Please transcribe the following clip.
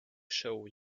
show